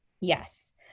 Yes